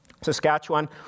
Saskatchewan